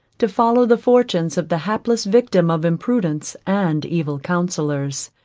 to follow the fortunes of the hapless victim of imprudence and evil counsellors.